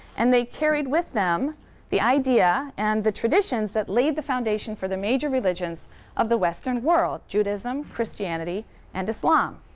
and they carried with them the idea and the traditions that laid the foundation for the major religions of the western world judaism, christianity and islam.